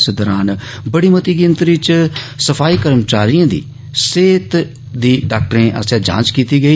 इस दौरान बड़ी मती गिनतरी च सफाई कर्मचारियें दी सहत दी जांच ाक्टरें आस्साधा कीती गई